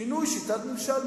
שינוי שיטת ממשל,